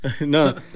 No